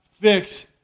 fix